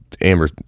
Amber